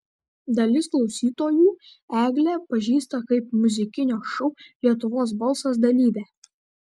dalis klausytojų eglę pažįsta kaip muzikinio šou lietuvos balsas dalyvę